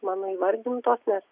mano įvardintos nes